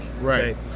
right